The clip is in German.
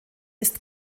ist